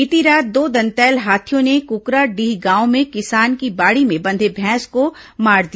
बीती रात दो दंतैल हाथियों ने कुकराडीह गांव में किसान की बाड़ी में बंधे भैंसे को मार दिया